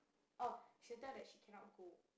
oh she will tell that she cannot go